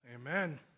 amen